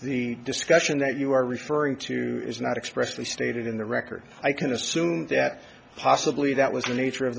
the discussion that you are referring to is not expressly stated in the record i can assume that possibly that was the nature of the